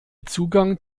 zugang